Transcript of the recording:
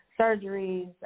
surgeries